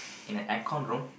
in an aircon room